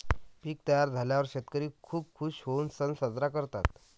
पीक तयार झाल्यावर शेतकरी खूप खूश होऊन सण साजरा करतात